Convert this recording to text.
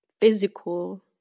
physical